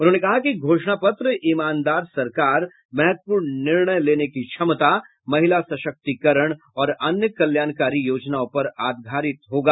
उन्होंने कहा कि घोषणा पत्र ईमानदार सरकार महत्वपूर्ण निर्णय लेने की क्षमता महिला सशक्तीकरण और अन्य कल्याणकारी योजनाओं पर आधारित होगा